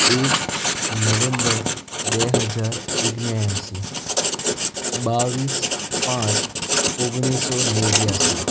એક નવેમ્બર બે હજાર ઓગણએંશી બાવીસ પાંચ ઓગણીસો નેવ્યાશી